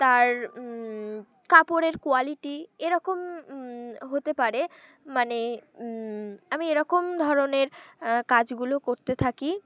তার কাপড়ের কোয়ালিটি এরকম হতে পারে মানে আমি এরকম ধরনের কাজগুলো করতে থাকি